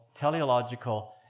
teleological